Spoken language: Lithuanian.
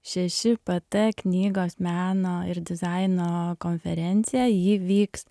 šeši pt knygos meno ir dizaino konferencija ji vyks